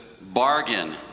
bargain